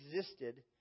existed